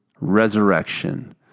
resurrection